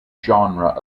genre